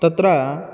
तत्र